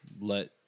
let